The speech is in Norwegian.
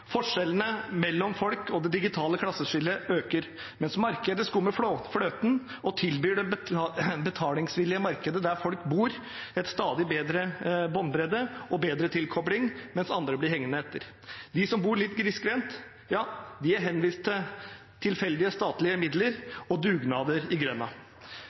Forskjellene mellom folk og det digitale klasseskillet øker. Mens markedet skummer fløten og tilbyr det betalingsvillige markedet der folk bor stadig bedre båndbredde og bedre tilkobling, blir andre hengende etter. De som bor litt grisgrendt, er henvist til tilfeldige statlige midler og dugnader i